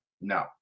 No